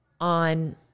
on